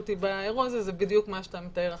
אותי באירוע הזה זה בדיוק מה שאתה מתאר עכשיו.